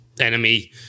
enemy